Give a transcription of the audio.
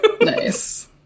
nice